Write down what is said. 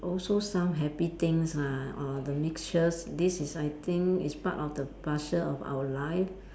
also some happy things lah or the mixture this is I think is part of the parcel of our life